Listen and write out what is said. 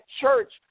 church